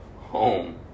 home